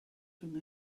rhwng